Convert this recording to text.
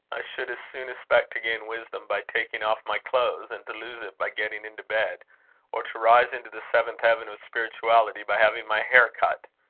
i should as soon expect to gain wisdom by taking off my clothes, and to lose it by getting into bed or to rise into the seventh heaven of spirituality by having my hair cut.